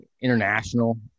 international